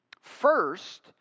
First